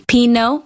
Pino